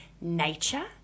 nature